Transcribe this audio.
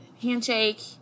handshake